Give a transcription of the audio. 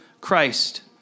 Christ